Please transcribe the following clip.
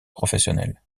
professionnel